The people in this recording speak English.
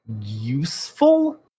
useful